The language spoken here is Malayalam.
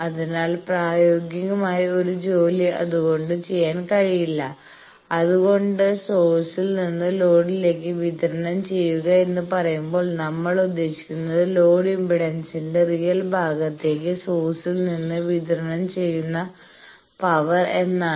അതിനാൽ പ്രായോഗികമായ ഒരു ജോലി അത്കൊണ്ട് ചെയ്യാൻ കഴിയില്ല അതുകൊണ്ട് സോഴ്സിൽ നിന്ന് ലോഡിലേക്ക് വിതരണം ചെയ്യുക എന്ന് പറയുമ്പോൾ നമ്മൾ ഉദേശിക്കുന്നത് ലോഡ് ഇംപെഡൻസിന്റെ റിയൽ ഭാഗത്തേക്ക് സോഴ്സിൽ നിന്ന് വിതരണം ചെയ്യുന്ന പവർ എന്നാണ്